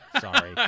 Sorry